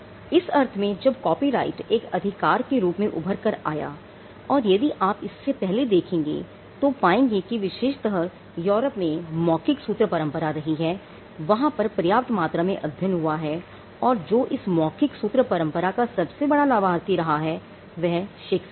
इस अर्थ में जब कॉपीराइट एक अधिकार के रूप में उभर कर आया और यदि आप इससे पहले देखेंगे तो पाएंगे कि विशेषतः यूरोप में मौखिक सूत्र परंपरा रही है और वहां पर्याप्त मात्रा में अध्ययन हुआ है और जो इस मौखिक सूत्र परंपरा का सबसे बड़ा लाभार्थी रहा है वह शेक्सपियर था